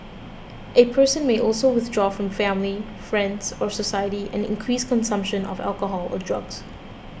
a person may also withdraw from family friends or society and increase consumption of alcohol or drugs